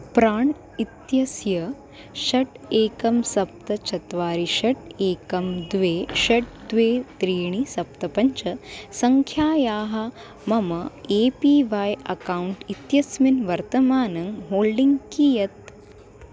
प्राण् इत्यस्य षट् एकं सप्त चत्वारि षट् एकं द्वे षट् द्वे त्रीणि सप्त पञ्च सङ्ख्यायाः मम ए पी वाय् अकौण्ट् इत्यस्मिन् वर्तमानं होल्डिङ्ग् कियत्